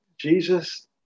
Jesus